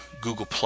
Google+